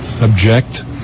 object